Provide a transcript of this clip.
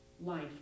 life